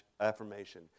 affirmation